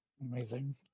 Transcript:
Amazing